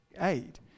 aid